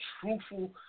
truthful